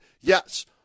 yes